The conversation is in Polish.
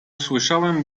słyszałem